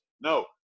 No